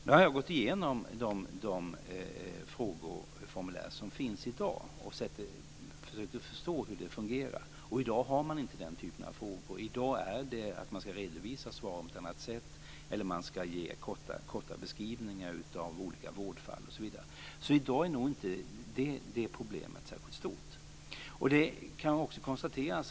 Nu har jag gått igenom de frågeformulär som finns i dag och försökt att förstå hur de fungerar. I dag har man inte den typen av frågor. I dag ska man redovisa svaren på ett annat sätt eller ge korta beskrivningar av olika vårdfall osv. I dag är nog inte det problemet särskilt stort.